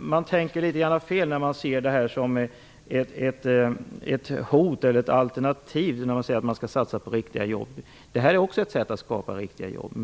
Man tänker ibland fel när man ser det här som ett hot och säger att vi skall satsa på riktiga jobb. Det här är också ett sätt att skapa riktiga jobb.